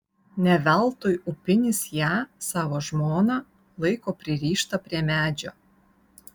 ne veltui upinis ją savo žmoną laiko pririštą prie medžio